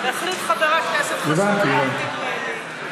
חבר הכנסת חסון החליט,